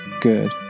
Good